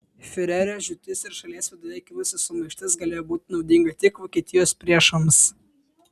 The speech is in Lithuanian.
fiurerio žūtis ir šalies viduje kilusi sumaištis galėjo būti naudinga tik vokietijos priešams